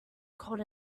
cold